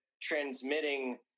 transmitting